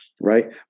right